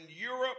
Europe